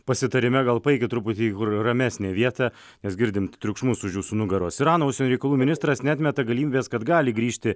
pasitarime gal paeikit truputį į kur ramesnę vietą mes girdim triukšmus už jūsų nugaros irano užsienio reikalų ministras neatmeta galimybės kad gali grįžti